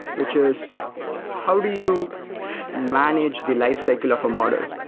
which is how do you manage the lifecycle of a model?